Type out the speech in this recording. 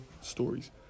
stories